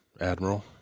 admiral